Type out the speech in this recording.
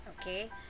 okay